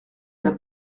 n’a